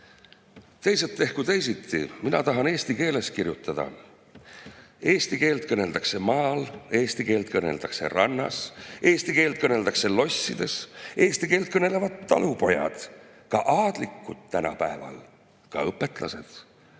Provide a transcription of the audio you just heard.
Teised tehku teisiti, mina tahan eesti keeles kirjutada. Eesti keelt kõneldakse maal, eesti keelt kõneldakse rannas, eesti keelt kõneldakse lossides, eesti keelt kõnelevad talupojad, ka aadlikud tänapäeval, ka õpetlased.